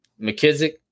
McKissick